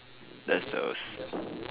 that's the